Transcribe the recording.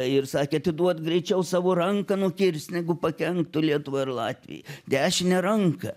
ir sakė atiduot greičiau savo ranką nukirst negu pakenktų lietuvai ar latvijai dešinę ranką